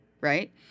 right